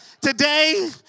today